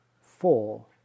four